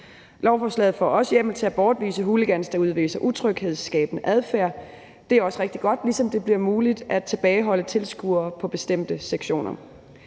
Lovforslaget giver også hjemmel til at bortvise hooligans, der udviser utryghedsskabende adfærd – det er også rigtig godt – ligesom det bliver muligt at tilbageholde tilskuere i bestemte sektioner.